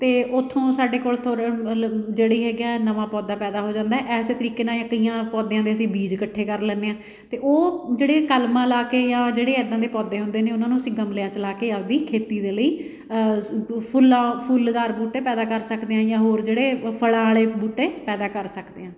ਅਤੇ ਉੱਥੋਂ ਸਾਡੇ ਕੋਲ ਤੁਰ ਮਤਲਵ ਜਿਹੜੀ ਹੈ ਕਿਆ ਨਵਾਂ ਪੌਦਾ ਪੈਦਾ ਹੋ ਜਾਂਦਾ ਹੈ ਇਸੇ ਤਰੀਕੇ ਨਾਲ ਜਾਂ ਕਈਆਂ ਪੌਦਿਆਂ ਦੇ ਅਸੀਂ ਬੀਜ ਇਕੱਠੇ ਕਰ ਲੈਂਦੇ ਹਾਂ ਅਤੇ ਉਹ ਜਿਹੜੇ ਕਲਮਾਂ ਲਾ ਕੇ ਜਾਂ ਜਿਹੜੇ ਇੱਦਾਂ ਦੇ ਪੌਦੇ ਹੁੰਦੇ ਨੇ ਉਹਨਾਂ ਨੂੰ ਅਸੀਂ ਗਮਲਿਆਂ 'ਚ ਲਾ ਕੇ ਆਪਣੀ ਖੇਤੀ ਦੇ ਲਈ ਫੁੱਲਾਂ ਫੁੱਲਦਾਰ ਬੂਟੇ ਪੈਦਾ ਕਰ ਸਕਦੇ ਹਾਂ ਜਾਂ ਹੋਰ ਜਿਹੜੇ ਫਲਾਂ ਵਾਲੇ ਬੂਟੇ ਪੈਦਾ ਕਰ ਸਕਦੇ ਹਾਂ